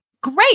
Great